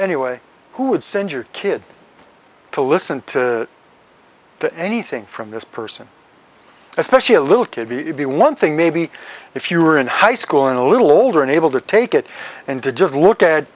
anyway who would send your kid to listen to to anything from this person especially a little kid be it be one thing maybe if you were in high school and a little older and able to take it and to just look at